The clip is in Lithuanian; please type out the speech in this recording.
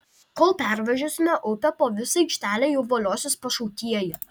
kol pervažiuosime upę po visą aikštelę jau voliosis pašautieji